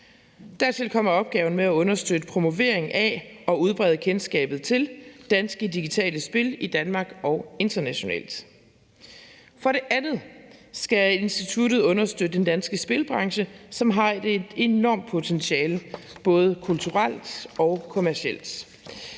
Dertil kommer opgaven med at understøtte promovering af og udbrede kendskabet til danske digitale spil i Danmark og internationalt. For det andet skal instituttet understøtte den danske spilbranche, som har et enormt potentiale både kulturelt og kommercielt.